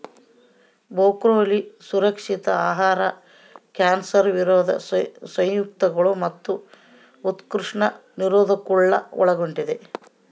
broccoli ಸುರಕ್ಷಿತ ಆಹಾರ cancer ವಿರೋಧಿ ಸಂಯುಕ್ತಗಳು ಮತ್ತು ಉತ್ಕರ್ಷಣ ನಿರೋಧಕಗುಳ್ನ ಒಳಗೊಂಡಿದ